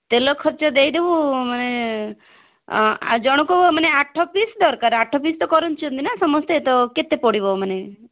ତେଲ ଖର୍ଚ୍ଚ ଦେଇଦେବୁ ମାନେ ଜଣଙ୍କୁ ମାନେ ଆଠ ପିସ୍ ଦରକାର ଆଠ ପିସ୍ ତ କରୁଛନ୍ତି ନା ସମସ୍ତେ ତ କେତେ ପଡ଼ିବ ମାନେ